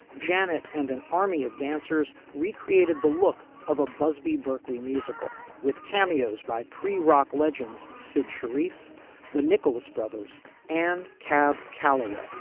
janet and an army of dancers recreated the look of a busby berkeley musical with cameos by pre rock legends sid sharif's the nicholas brothers and cab calloway